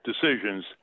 decisions